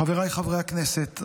חבריי חברי הכנסת,